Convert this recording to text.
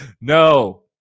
No